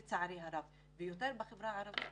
לצערי הרב, ויש יותר בחברה הערבית.